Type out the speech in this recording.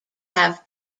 have